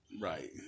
Right